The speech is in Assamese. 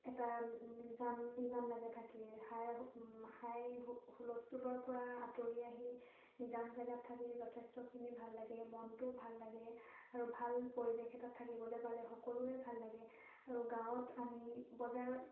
এটা নিজান নিজান লাগে থাকি হাই হাই হুলস্থূলৰ পৰা আঁতৰি আহি নিজান জাগাত থাকি যথেষ্টখিনি ভাল লাগে মনটোও ভাল লাগে আৰু ভাল পৰিৱেশ এটাত থাকিবলৈ পালে সকলোৰে ভাল লাগে আৰু গাঁৱত আমি বজাৰত